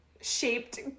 shaped